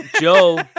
Joe